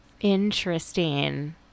Interesting